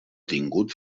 tingut